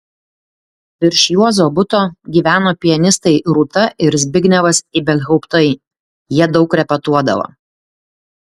virš juozo buto gyveno pianistai rūta ir zbignevas ibelhauptai jie daug repetuodavo